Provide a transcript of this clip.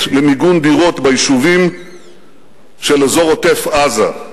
למיגון דירות ביישובים של אזור עוטף-עזה.